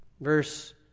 Verse